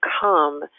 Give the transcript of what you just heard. come